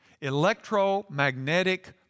electromagnetic